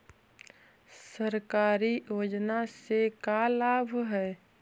सरकारी योजना से का लाभ है?